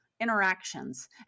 interactions